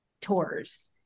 tours